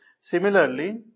Similarly